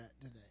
today